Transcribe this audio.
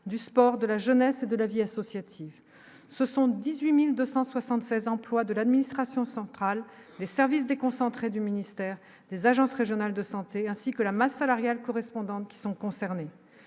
du sport, de la jeunesse et de la vie associative, ce sont 18276 employes de l'administration centrale des services déconcentrés du ministère des agences régionales de santé ainsi que la masse salariale correspondante qui sont concernés,